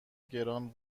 گران